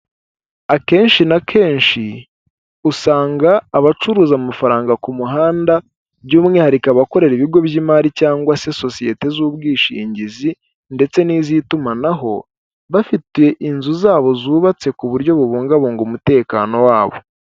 Akenshi na kenshi, usanga abacuruza amafaranga ku muhanda by'umwihariko abakorera ibigo by'imari cyangwa se sosiyete z'ubwishingizi ndetse n'iz'itumanaho bafite inzu zabo zubatse ku buryo bubungabunga umutekano wabo.